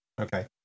okay